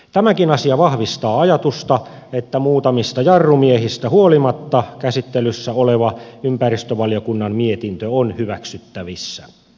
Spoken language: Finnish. tämäkin asia vahvistaa ajatusta että muutamista jarrumiehistä huolimatta käsittelyssä oleva ympäristövaliokunnan mietintö on hyväksyttävissä